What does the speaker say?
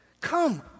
Come